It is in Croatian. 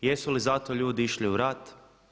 Jesu li zato ljudi išli u rat?